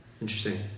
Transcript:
Interesting